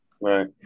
right